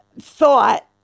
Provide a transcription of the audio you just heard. thought